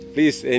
Please